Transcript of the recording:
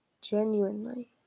genuinely